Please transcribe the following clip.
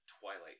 Twilight